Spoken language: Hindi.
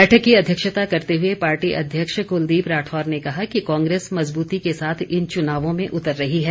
बैठक की अध्यक्षता करते हुए पार्टी अध्यक्ष कुलदीप राठौर ने कहा कि कांग्रेस मजबूती के साथ इन चुनावों में उतर रही है